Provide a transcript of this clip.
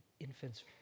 infants